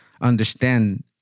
understand